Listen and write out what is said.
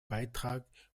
beitrag